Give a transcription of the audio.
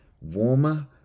warmer